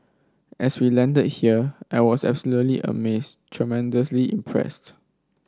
as we landed here I was absolutely amazed tremendously impressed